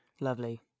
Lovely